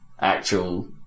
actual